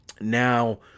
Now